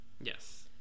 yes